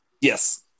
Yes